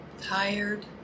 tired